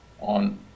on